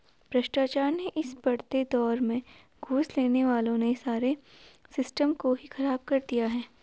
भ्रष्टाचार के इस बढ़ते दौर में घूस लेने वालों ने सारे सिस्टम को ही खराब कर दिया है